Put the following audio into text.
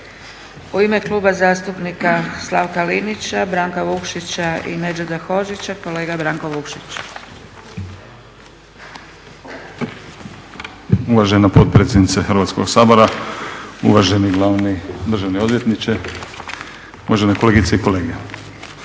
U ime Kluba zastupnika Slavka Linića, Branka Vukšića i Nedžada Hodžića kolega Branko Vukšić. **Vukšić, Branko (Nezavisni)** Uvažena potpredsjednice Hrvatskoga sabora, uvaženi glavni državni odvjetniče, uvažene kolegice i kolege.